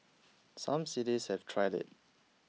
some cities have tried it